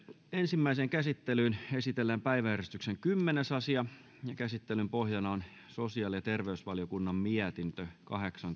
ensimmäiseen käsittelyyn esitellään päiväjärjestyksen kymmenes asia käsittelyn pohjana on sosiaali ja terveysvaliokunnan mietintö kahdeksan